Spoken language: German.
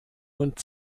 und